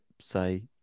say